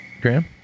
Graham